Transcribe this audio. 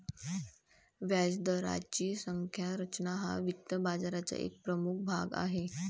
व्याजदराची संज्ञा रचना हा वित्त बाजाराचा एक प्रमुख भाग आहे